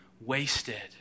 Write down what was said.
wasted